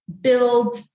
build